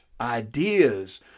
ideas